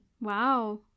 wow